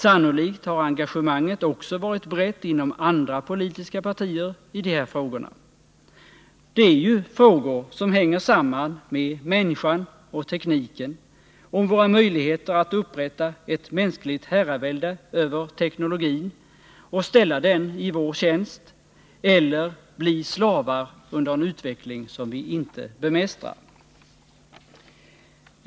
Sannolikt har engagemanget också varit brett inom andra politiska partier i de här frågorna. Det är ju frågor som hänger samman med människan och tekniken, med våra möjligheter att upprätta ett mänskligt herravälde över teknologin och ställa den i vår tjänst eller bli slavar under en utveckling som vi inte bemästrar.